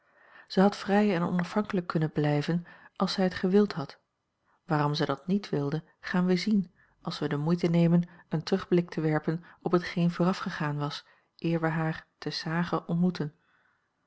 zij had vrij en onafhankelijk kunnen blijven als zij het gewild had waarom zij dat niet wilde gaan wij zien als wij de moeite nemen een terugblik te werpen op hetgeen voorafgegaan was eer wij haar te s hage ontmoeten